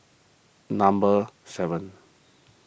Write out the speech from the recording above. number seven